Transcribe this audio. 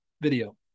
video